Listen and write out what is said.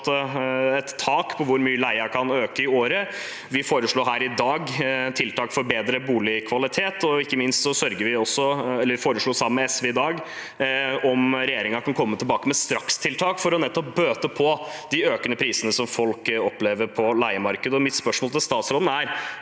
et tak på hvor mye leien kan øke i året. Vi foreslår her i dag tiltak for bedre boligkvalitet, og ikke minst foreslår vi i dag, sammen med SV, at regjeringen kommer tilbake med strakstiltak for å bøte på de økende prisene som folk opplever på leiemarkedet. Mitt spørsmål til statsråden er: